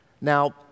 Now